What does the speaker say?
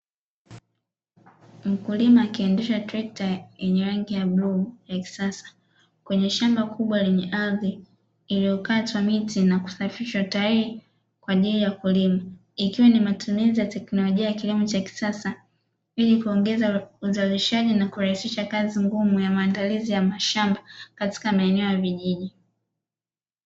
Mkulima akiendesha trekta yenye rangi ya bluu ya kisasa kwenye shamba kubwa lenye ardhi iliyokatwa miti na kusafishwa tayari kwa ajili ya kulima ikiwa ni matumizi ya teknolojia ya kilimo cha kisasa ili kuongeza uzalishaji na kurahisisha kazi ngumu ya maandalizi ya mashamba katika maeneo ya vijiji.